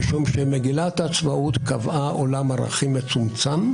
משום שמגילת העצמאות קבעה עולם ערכים מצומצם.